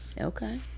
Okay